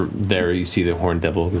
there you see the horned devil